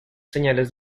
señales